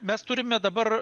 mes turime dabar